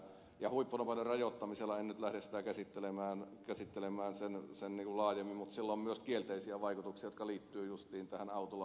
huippunopeuden rajoittamisella en nyt lähde sitä käsittelemään sen laajemmin on myös kielteisiä vaikutuksia jotka liittyvät justiin tähän autolla ajamisen tekniikkaan